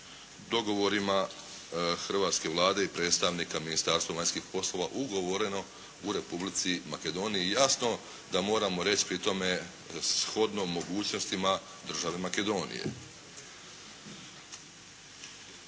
dogovorima hrvatske Vlade i predstavnika Ministarstva vanjskih poslova ugovoreno u Republici Makedoniji, jasno da moramo reći pri tome shodno mogućnostima države Makedonije.